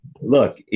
Look